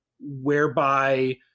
whereby